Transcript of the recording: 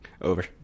Over